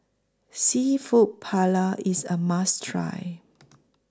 Seafood Paella IS A must Try